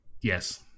Yes